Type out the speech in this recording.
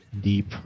deep